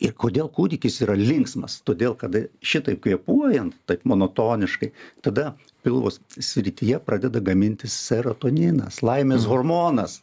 ir kodėl kūdikis yra linksmas todėl kad šitaip kvėpuojant taip monotoniškai tada pilvo srityje pradeda gamintis serotoninas laimės hormonas